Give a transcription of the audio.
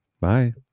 Bye